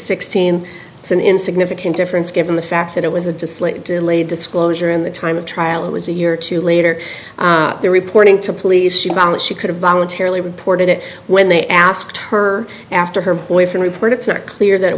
sixteen it's an insignificant difference given the fact that it was a display delayed disclosure in the time of trial it was a year or two later the reporting to police she vomits she could have voluntarily reported it when they asked her after her boyfriend report it's not clear that